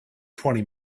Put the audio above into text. twenty